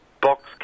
Box